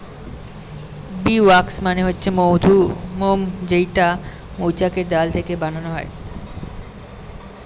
bee wax মানে হচ্ছে মধুমোম যেইটা মৌচাক এর দেওয়াল থেকে বানানো হয়